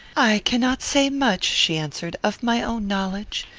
i cannot say much, she answered, of my own knowledge.